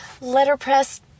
letterpress